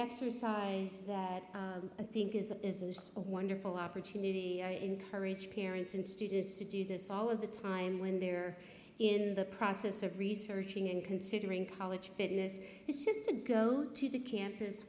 exercise that i think is a wonderful opportunity i encourage parents and students to do this all of the time when they're in the process of researching and considering college fitness is just to go to the campus